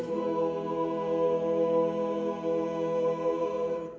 or